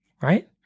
right